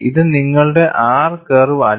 ഇത് നിങ്ങളുടെ R curve അല്ല